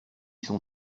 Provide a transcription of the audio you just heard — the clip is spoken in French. son